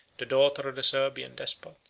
the daughter of the servian despot,